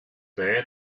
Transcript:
there